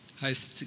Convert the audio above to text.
heißt